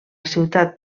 ciutat